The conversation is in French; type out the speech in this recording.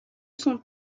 son